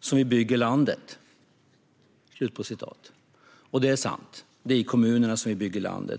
som vi bygger landet. Det är sant att det är i kommunerna som vi bygger landet.